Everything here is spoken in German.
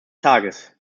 tages